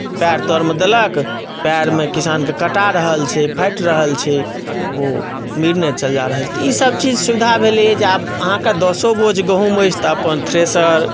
पएर तरमे देलक पएरमे किसानकेँ कटा रहल छै फाटि रहल छै ओ मीरने चल जा रहल तऽ ईसभ चीज सुविधा भेलैए जे आब अहाँके दसो बोझ गहुँम अछि तऽ अपन थ्रेसर